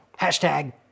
Hashtag